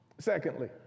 Secondly